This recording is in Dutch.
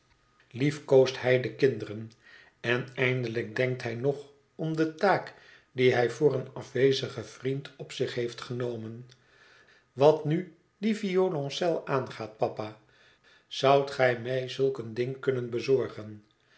liefkoost hij de kinderen en eindelijk denkt hij nog om de taak die hij voor een afwezigen vriend op zich heeft genomen wat nu dien violoncel aangaat papa zoudt gij mij zulk een ding kunnen bezorgen